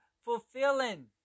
fulfilling